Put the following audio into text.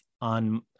on